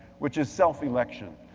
which is self-election.